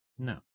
No